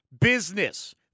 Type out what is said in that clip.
Business